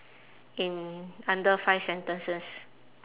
in under five sentences